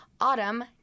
Autumn